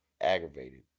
Aggravated